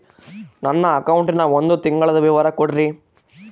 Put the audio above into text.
ನನ್ನ ಅಕೌಂಟಿನ ಒಂದು ತಿಂಗಳದ ವಿವರ ಕೊಡ್ರಿ?